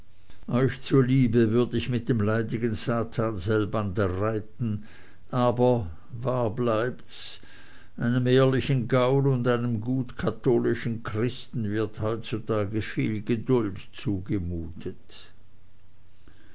euch zuliebe würd ich mit dem leidigen satan selbander reiten aber wahr bleibt's einem ehrlichen gaul und einem gut katholischen christen wird heutzutage viel geduld zugemutet